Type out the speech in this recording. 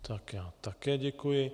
Tak já také děkuji.